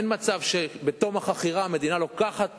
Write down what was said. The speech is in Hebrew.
אין מצב שבתום החכירה המדינה לוקחת